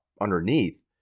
underneath